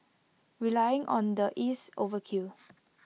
relying on the is overkill